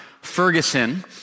Ferguson